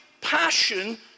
passion